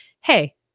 Hey